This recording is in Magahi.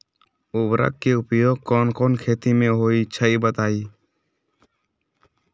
उर्वरक के उपयोग कौन कौन खेती मे होई छई बताई?